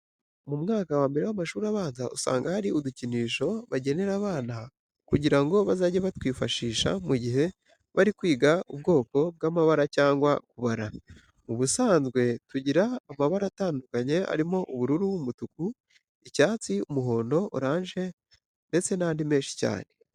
Mu mwaka wa mbere w'amashuri abanza, usanga hari udukinisho bagenera abana kugira ngo bazajye batwifashisha mu gihe bari kwiga ubwoko bw'amabara cyangwa kubara. Mu busanzwe tugira amabara atandukanye arimo ubururu, umutuku, icyatsi, umuhondo, oranje ndetse n'andi mesnhi cyane.